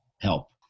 help